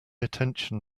attention